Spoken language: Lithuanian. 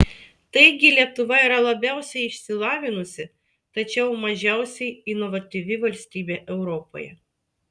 taigi lietuva yra labiausiai išsilavinusi tačiau mažiausiai inovatyvi valstybė europoje